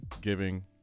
giving